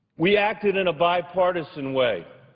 we acted in a bipartisan way.